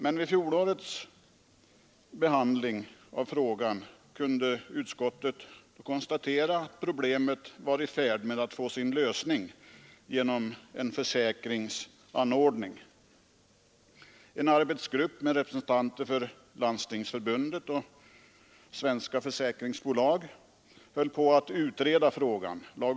Men vid fjolårets behandling av frågan kunde utskottet konstatera att man var i färd med att lösa problemet genom en försäkringsanordning. En arbetsgrupp med representanter för Landstingsförbundet och svenska försäkringsbolag höll på att utreda frågan.